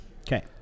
Okay